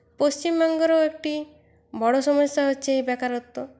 পশ্চিমবঙ্গেরও একটি বড় সমস্যা হচ্ছে এই বেকারত্ব